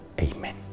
Amen